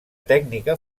tècnica